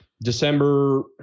December